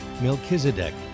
Melchizedek